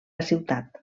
ciutat